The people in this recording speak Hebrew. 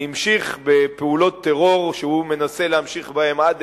והמשיך בפעולות טרור שהוא מנסה להמשיך בהן עד